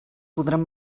podrem